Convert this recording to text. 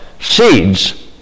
seeds